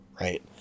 right